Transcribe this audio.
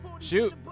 Shoot